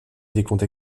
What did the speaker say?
décompte